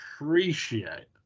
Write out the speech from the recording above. appreciate